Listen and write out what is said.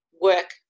work